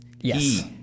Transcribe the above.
Yes